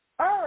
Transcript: Earth